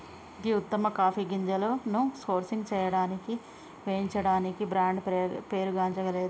గీ ఉత్తమ కాఫీ గింజలను సోర్సింగ్ సేయడానికి వేయించడానికి బ్రాండ్ పేరుగాంచలేదు